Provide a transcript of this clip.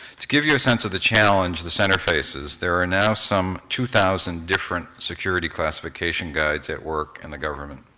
to give you a sense of the challenge the center faces, there are now some two thousand different security classification guides at work in and the government.